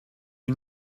you